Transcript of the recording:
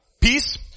peace